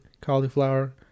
cauliflower